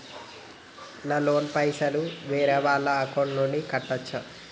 నా లోన్ పైసలు వేరే వాళ్ల అకౌంట్ నుండి కట్టచ్చా?